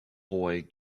boy